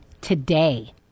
today